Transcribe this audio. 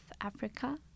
africa